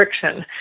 friction